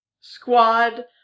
squad